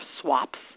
swaps